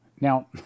Now